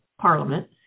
parliament